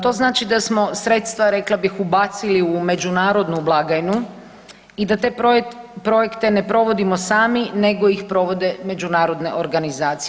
To znači da smo sredstva rekla bih ubacili u međunarodnu blagajnu i da te projekte ne provodimo sami, nego ih provode međunarodne organizacije.